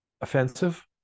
offensive